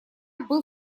был